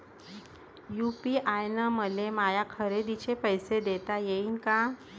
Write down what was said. UPI न मले माया खरेदीचे पैसे देता येईन का?